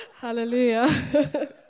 Hallelujah